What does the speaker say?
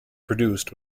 produced